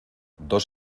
dos